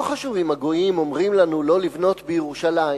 לא חשוב אם הגויים אומרים לנו לא לבנות בירושלים,